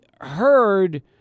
heard